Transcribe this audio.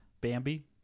Bambi